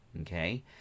okay